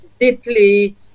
deeply